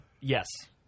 yes